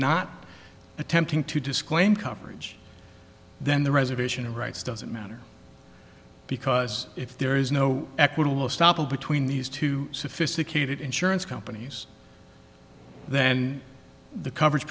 not attempting to disclaim coverage then the reservation of rights doesn't matter because if there is no equitable stoppel between these two sophisticated insurance companies then the coverage